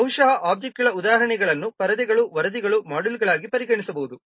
ಇಲ್ಲಿ ಬಹುಶಃ ಒಬ್ಜೆಕ್ಟ್ಗಳ ಉದಾಹರಣೆಗಳನ್ನು ಪರದೆಗಳು ವರದಿಗಳು ಮಾಡ್ಯೂಲ್ಗಳಾಗಿ ಪರಿಗಣಿಸಬಹುದು